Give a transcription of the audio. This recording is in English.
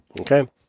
Okay